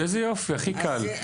איזה יופי, הכי קל.